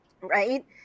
right